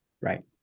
Right